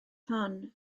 hon